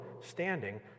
standing